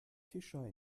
fischer